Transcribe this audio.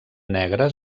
negres